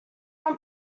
one